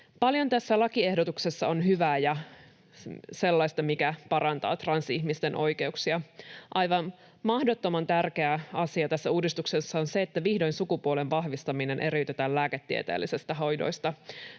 Paljon tässä lakiehdotuksessa on hyvää ja sellaista, mikä parantaa transihmisten oikeuksia. Aivan mahdottoman tärkeä asia tässä uudistuksessa on se, että vihdoin sukupuolen vahvistaminen eriytetään lääketieteellisistä hoidoista.